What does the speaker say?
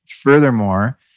Furthermore